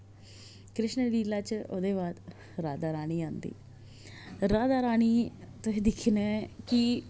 कृष्ण लीला च ओह्दे बाद राधा रानी आंदी राधा रानी तुसें दिक्खने कि